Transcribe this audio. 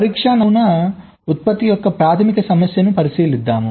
పరీక్ష నమూనా ఉత్పత్తి యొక్క ప్రాథమిక సమస్యను పరిశీలిద్దాం